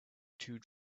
two